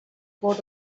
got